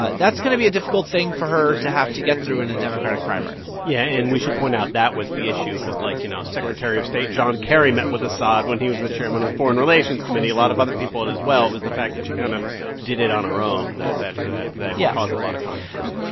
but that's going to be a difficult thing for her to have to get through in a democratic primary yeah. and we should point out that was the issue because, like, you know, secretary of state john kerry met with assad when he was the chairman of the foreign relations committee. a lot of other people had and as well. it was the fact that she kind of did it on her own that that yeah caused a lot of controversy yeah.